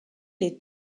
est